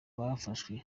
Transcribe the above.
bafashwe